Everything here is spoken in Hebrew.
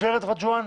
גברת רג'ואן?